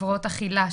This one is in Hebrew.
הפרעות אכילה,